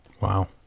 Wow